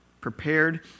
prepared